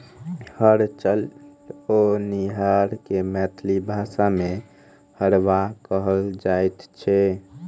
हर चलओनिहार के मैथिली भाषा मे हरवाह कहल जाइत छै